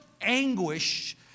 anguish